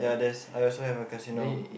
yeah there's I also have a casino